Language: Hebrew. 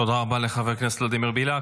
תודה רבה לחבר הכנסת ולדימיר בליאק.